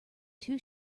two